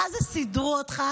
מה זה סידרו אותך.